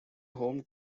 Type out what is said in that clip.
home